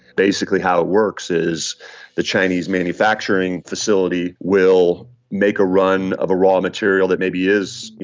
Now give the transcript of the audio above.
basically how it works is the chinese manufacturing facility will make a run of a raw material that maybe is, you